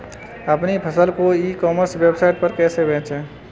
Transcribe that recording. अपनी फसल को ई कॉमर्स वेबसाइट पर कैसे बेचें?